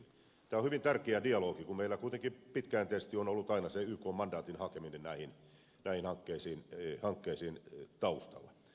tämä on hyvin tärkeä dialogi kun meillä kuitenkin pitkäjänteisesti on ollut aina se ykn mandaatin hakeminen näihin hankkeisiin taustalla